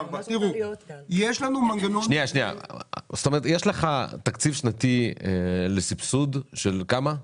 יש לך תקציב שנתי לסבסוד של כמה?